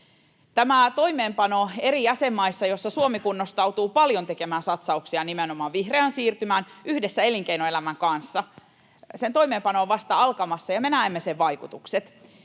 Tämän toimeenpano, jossa Suomi kunnostautuu tekemään paljon satsauksia nimenomaan vihreään siirtymään yhdessä elinkeinoelämän kanssa, on vasta alkamassa eri jäsenmaissa, ja me näemme sen vaikutukset.